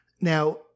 Now